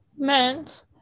meant